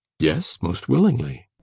yes, most willingly!